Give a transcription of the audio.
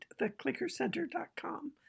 theclickercenter.com